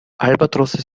albatrosse